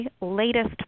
latest